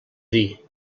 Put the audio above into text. dir